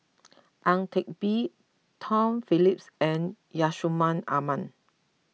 Ang Teck Bee Tom Phillips and Yusman Aman